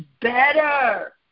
better